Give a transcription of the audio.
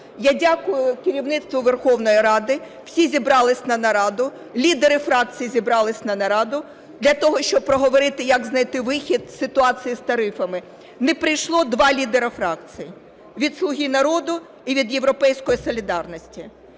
я дякую керівництву Верховної Ради, всі зібрались на нараду, лідери фракцій зібрались на нараду для того, щоб проговорити, як знайти вихід із ситуації з тарифами. Не прийшли два лідери фракцій – від "Слуги народу" і від "Європейської солідарності".